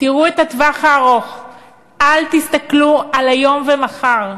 תראו את הטווח הארוך, אל תסתכלו על היום ומחר.